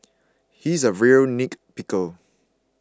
he is a really nitpicker